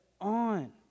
on